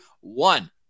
One